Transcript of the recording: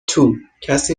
توکسی